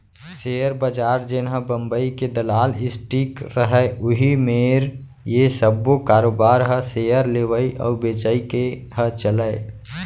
share बजार जेनहा बंबई के दलाल स्टीक रहय उही मेर ये सब्बो कारोबार ह सेयर लेवई अउ बेचई के ह चलय